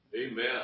Amen